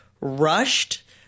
rushed